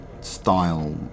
style